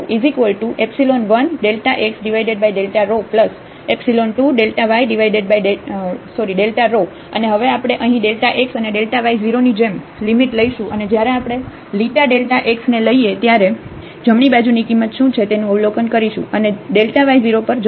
z dz1x2y અને હવે આપણે અહીં xઅનેy0 ની જેમ લિમિટ લઈશું અને જ્યારે આપણે લીટા ડેલ્ટા x ને લઈએ ત્યારે જમણી બાજુની કિંમત શું છે તેનું અવલોકન કરીશું અને y0 પર જશે